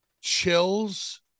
chills